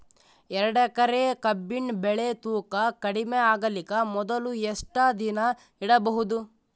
ಎರಡೇಕರಿ ಕಬ್ಬಿನ್ ಬೆಳಿ ತೂಕ ಕಡಿಮೆ ಆಗಲಿಕ ಮೊದಲು ಎಷ್ಟ ದಿನ ಇಡಬಹುದು?